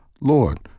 Lord